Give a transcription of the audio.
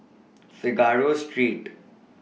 Figaro Street